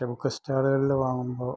പക്ഷേ ബുക്ക് സ്റ്റാളുകളിൽ നിന്ന് വാങ്ങുമ്പോൾ